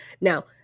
Now